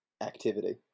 activity